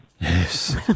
Yes